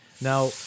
Now